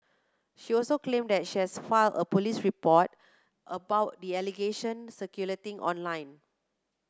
she also claimed that she has filed a police report about the allegation circulating online